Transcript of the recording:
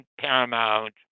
Paramount